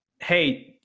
Hey